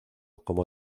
como